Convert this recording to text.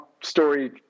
story